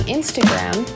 Instagram